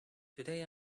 today